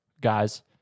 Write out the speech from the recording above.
guys